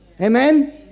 Amen